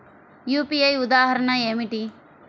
UPI ఉదాహరణ ఏమిటి?